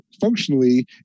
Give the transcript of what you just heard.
functionally